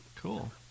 Cool